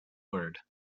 word